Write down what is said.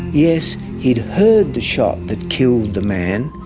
yes, he'd heard the shot that killed the man,